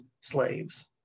slaves